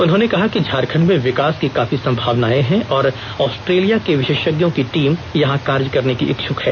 उन्होंने कहा कि झारखंड में विकास की काफी संभावनाएं हैं और ऑस्ट्रेलिया के विशेषज्ञों की टीम यहां कार्य करने की इच्छुक है